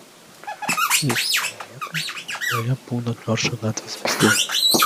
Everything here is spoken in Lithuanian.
ji sustojo vietoje ir pro ją plūdo džordžo gatvės pėstieji